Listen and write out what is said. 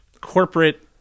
corporate